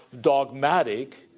dogmatic